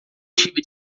tive